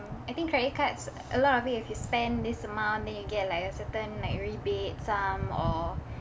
I think credit cards a lot of it if you spend this amount then you get like a certain like rebate sum or